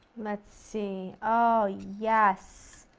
let's see. oh yes!